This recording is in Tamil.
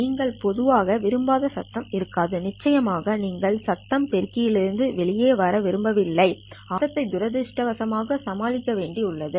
நீங்கள் பொதுவாக விரும்பாத சத்தம் இருக்காது நிச்சயமாக நீங்கள் சத்தம் பெருக்கியிலிருந்து வெளியே வர விரும்பவில்லை ஆனால் நீங்கள் சத்தம் ஐ துரதிர்ஷ்டவசமாக சமாளிக்க வேண்டி உள்ளது